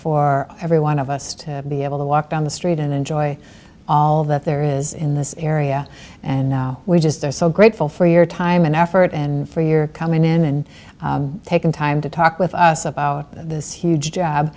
for every one of us to be able to walk down the street and enjoy all that there is in this area and now we just are so grateful for you time and effort and for your coming in and taking time to talk with us about this huge job